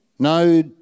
No